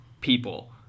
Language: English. people